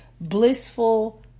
blissful